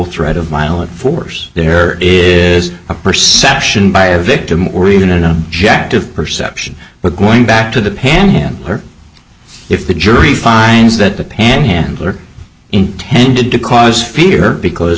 threat of violent force there is a perception by a victim or even a jet of perception but going back to the panhandler if the jury finds that a panhandler intended to cause fear because